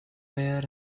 pear